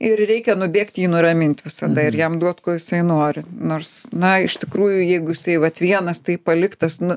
ir reikia nubėgt jį nuramint visada ir jam duot ko jisai nori nors na iš tikrųjų jeigu jisai vat vienas tai paliktas nu